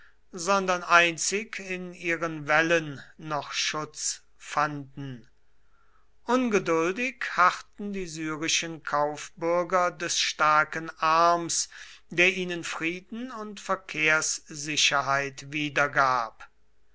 sondern einzig in ihren wällen noch schutz fanden ungeduldig harrten die syrischen kaufbürger des starken arms der ihnen frieden und verkehrssicherheit wiedergab